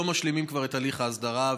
לא משלימים כבר את הליך ההסדרה?